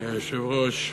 אדוני היושב-ראש,